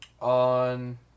on